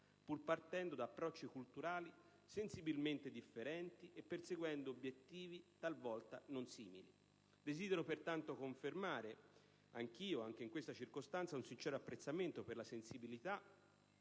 pur partendo da approcci culturali sensibilmente diversi e perseguendo obiettivi talvolta non simili. Desidero infatti confermare in questa circostanza un sincero apprezzamento per la sensibilità